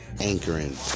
Anchoring